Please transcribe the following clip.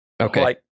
Okay